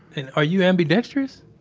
and, are you ambidextrous?